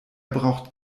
braucht